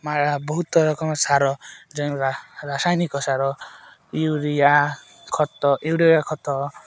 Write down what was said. ବହୁତ ରକମ ସାର ଯେନ୍ ରାସାୟନିକ ସାର ୟୁରିଆ ଖତ ୟୁରିଆ ଖତ